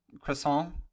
croissant